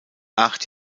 acht